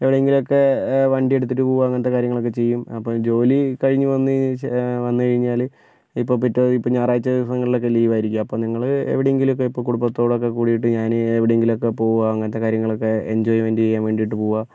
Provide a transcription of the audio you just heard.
എവിടെയെങ്കിലുമൊക്കെ വണ്ടിയെടുത്തിട്ട് പോകുക അങ്ങനത്തെ കാര്യങ്ങളൊക്കെ ചെയ്യും അപ്പോൾ ജോലി കഴിഞ്ഞു വന്ന് വന്ന് കഴിഞ്ഞാൽ ഇപ്പോൾ പിറ്റേ ഞായറാഴ്ച ദിവസമൊക്കെ ലീവായിരിക്കും അപ്പോൾ ഞങ്ങൾ എവിടെയെങ്കിലും ഒക്കെ ഇപ്പോൾ കുടുംബത്തോടെയൊക്കെ കൂടിയിട്ട് ഞാൻ എവിടെയെങ്കിലുമൊക്കെ പോകുക അങ്ങനത്തെ കാര്യങ്ങളൊക്കെ എൻജോയ്മെൻറ് ചെയ്യാൻ വേണ്ടിയിട്ട് പോകുക